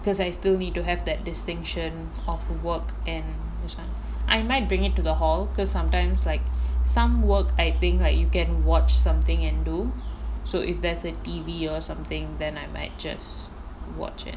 because I still need to have that distinction of work and this [one] I might bring it to the hall because sometimes like some work I think like you can watch something and do so if there's a T_V or something then I might just watch it